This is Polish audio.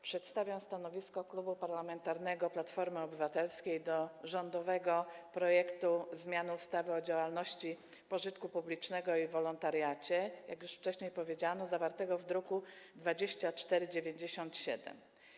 Przedstawiam stanowisko Klubu Parlamentarnego Platforma Obywatelska wobec rządowego projektu zmiany ustawy o działalności pożytku publicznego i o wolontariacie, jak już wcześniej powiedziano, zawartego w druku nr 2497.